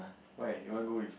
why you want go with